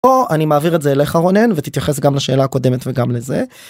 פה אני מעביר את זה אליך רונן ותתייחס גם לשאלה הקודמת וגם לזה...